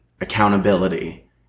accountability